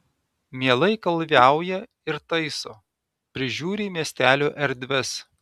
mielai kalviauja ir taiso prižiūri miestelio erdves